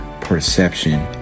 Perception